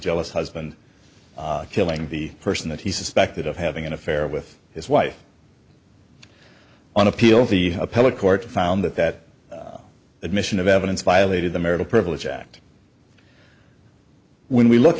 jealous husband killing the person that he suspected of having an affair with his wife on appeal the appellate court found that that admission of evidence violated the marital privilege act when we look